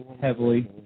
heavily